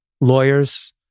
Lawyers